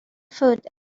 foot